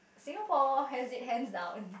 Singapore has it hands down